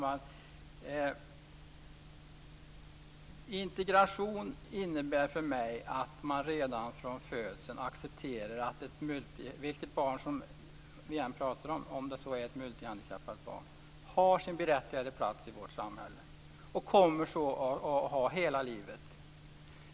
Fru talman! Integration innebär för mig att man redan från födseln accepterar att vilket barn vi än pratar om - också ett multihandikappat barn - har det sin berättigade plats i vårt samhälle och kommer att ha det hela livet.